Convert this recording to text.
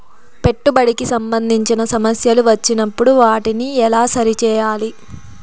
పెట్టుబడికి సంబంధించిన సమస్యలు వచ్చినప్పుడు వాటిని ఎలా సరి చేయాలి?